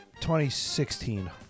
2016